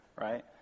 Right